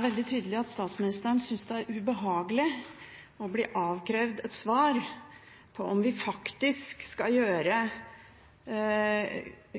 veldig tydelig at statsministeren synes det er ubehagelig å bli avkrevd et svar på om vi faktisk skal gjøre